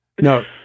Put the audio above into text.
No